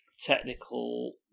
technical